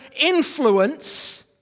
influence